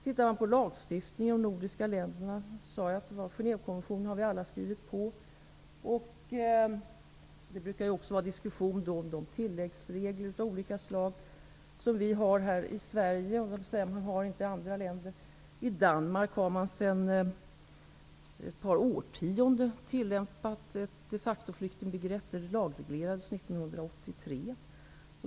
Man kan se på lagstiftningen i de nordiska länderna -- Genèvekonventionen har vi alla skrivit på. Det brukar också förekomma diskussion om de tilläggsregler av olika slag som vi har i Sverige, som man säger att andra länder inte har. I Danmark har man sedan ett par årtionden tillämpat ett de factoflyktingbegrepp, vilket lagreglerades 1983.